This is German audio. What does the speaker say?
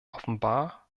offenbar